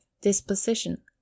Disposition